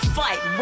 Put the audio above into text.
fight